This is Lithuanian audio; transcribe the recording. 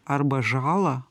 arba žalą